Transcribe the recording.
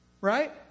Right